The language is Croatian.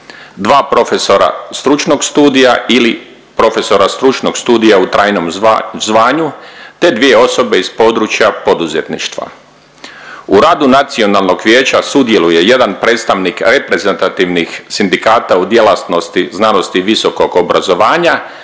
2 profesora stručnog studija ili profesora stručnog studija u trajnom zvanju te dvije osoba iz područja poduzetništva. U radu nacionalnog vijeća sudjeluje jedan predstavnik reprezentativnih sindikata u djelasnosti znanstvenosti i visokog obrazovanja